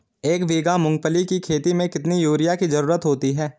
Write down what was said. एक बीघा मूंगफली की खेती में कितनी यूरिया की ज़रुरत होती है?